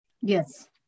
Yes